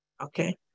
Okay